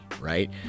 right